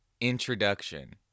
introduction